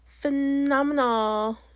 phenomenal